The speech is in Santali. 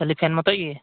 ᱠᱷᱟᱞᱤ ᱯᱷᱮᱱ ᱢᱚᱛᱚ ᱜᱮ